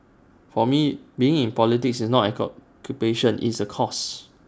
for me being in politics is not an occupation it's A cause